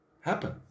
happen